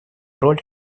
роль